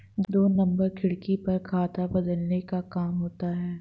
दो नंबर खिड़की पर खाता बदलने का काम होता है